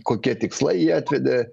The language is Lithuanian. kokie tikslai jį atvedė